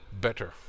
better